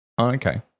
Okay